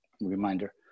reminder